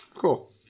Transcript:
Cool